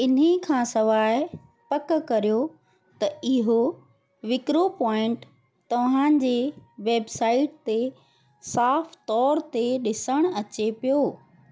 इन्हीअ खां सवाइ पक करियो त इयो विकिरो प्वाइंट तव्हांजी वेबसाइट ते साफ़ तौरु ते ॾिसण अचे पियो